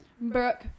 Brooke